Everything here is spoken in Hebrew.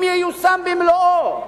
אם ייושם במלואו,